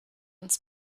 uns